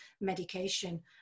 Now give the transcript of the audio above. medication